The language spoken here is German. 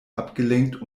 abgelenkt